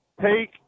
take